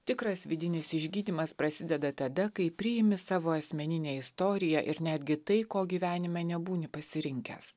tikras vidinis išgydymas prasideda tada kai priimi savo asmeninę istoriją ir netgi tai ko gyvenime nebūni pasirinkęs